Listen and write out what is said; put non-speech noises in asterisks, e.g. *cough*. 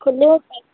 खुले *unintelligible* पैकेट